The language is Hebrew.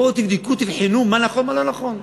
בואו תבדקו, תבחנו, מה נכון, מה לא נכון.